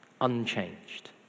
unchanged